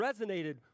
resonated